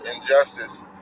injustice